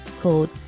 called